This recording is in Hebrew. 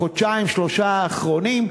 בחודשיים-שלושה האחרונים,